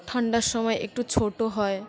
ঠান্ডার সময় একটু ছোট হয়